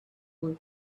were